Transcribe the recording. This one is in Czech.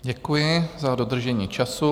Děkuji za dodržení času.